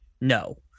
No